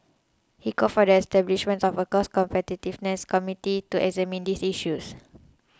he called for the establishment of a cost competitiveness committee to examine these issues